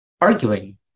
arguing